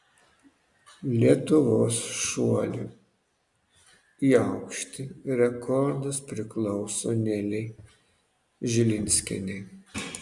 lietuvos šuolių į aukštį rekordas priklauso nelei žilinskienei